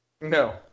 No